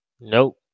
Nope